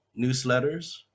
newsletters